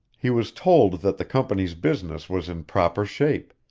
he was told that the company's business was in proper shape,